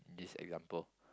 this example